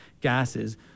gases